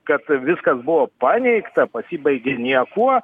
kad viskas buvo paneigta pasibaigė niekuo